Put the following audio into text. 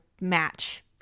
match